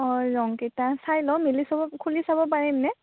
অঁ ৰঙকেইটা চাই লওঁ মেলি চাব খুলি চাব পাৰিম নে